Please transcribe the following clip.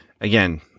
again